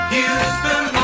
Houston